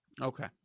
Okay